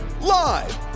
Live